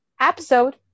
episode